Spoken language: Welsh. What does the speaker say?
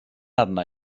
arna